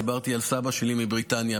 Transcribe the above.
דיברתי על סבא שלי מבריטניה,